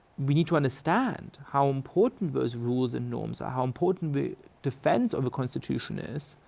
we need to understand how important those rules and norms are. how important the defense of a constitution is,